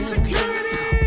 Security